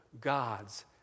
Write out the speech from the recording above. gods